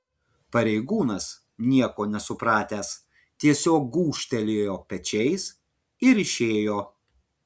pareigūnas nieko nesupratęs tiesiog gūžtelėjo pečiais ir išėjo